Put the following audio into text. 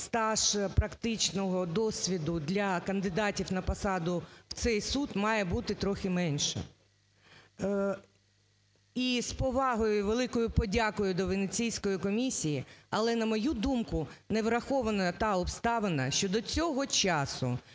стаж практичного досвіду для кандидатів на посаду в цей суд має бути трохи менший. І з повагою, великою подякою до Венеціанської комісії, але, на мою думку, не врахована та обставина, що до цього часу